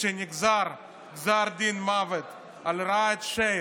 כשנגזר גזר דין מוות על ראאד שייח',